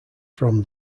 from